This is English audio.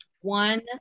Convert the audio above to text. one